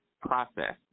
process